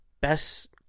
best